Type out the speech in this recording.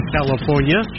California